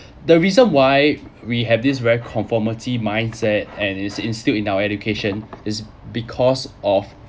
the reason why we have this very conformity mindset and it's instilled in our education is because of